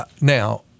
now